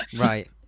Right